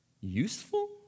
useful